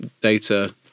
data